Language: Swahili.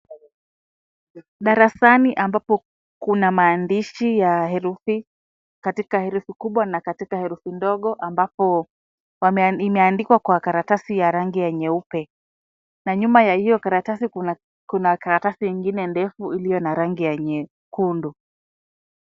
Darasani ambapo kuna maandishi ya herufi katika herufi kubwa na katika herufi ndogo, ambapo imeandikwa kwa karatasi ya rangi ya nyeupe na nyuma ya hiyo karatasi kuna karatasi nyingine ndefu iliyo na rangi ya nyekundu.